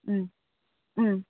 ம் ம்